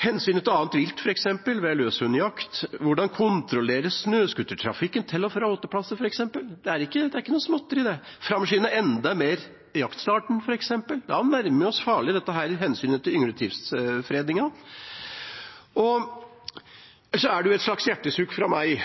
hensynet til annet vilt ved løshundjakt, f.eks., eller hvordan kontrollere snøscooter-trafikken til og fra åteplasser. Det er ikke noe småtteri, det. Eller f.eks. å framskynde jaktstarten enda mer – da nærmer vi oss farlig hensynet til yngletidsfredningen. Og så et slags hjertesukk fra meg: